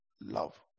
Love